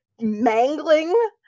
mangling